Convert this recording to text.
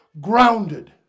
Grounded